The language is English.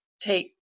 take